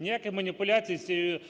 Ніяких маніпуляцій з цим